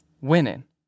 winning